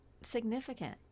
significant